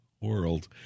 world